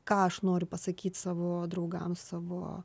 ką aš noriu pasakyt savo draugams savo